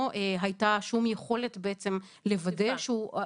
לא הייתה שום יכולת בעצם -- אכיפה.